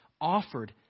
offered